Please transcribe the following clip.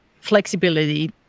flexibility